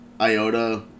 IOTA